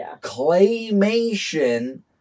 claymation